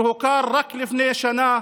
שהוכר רק לפני שנה,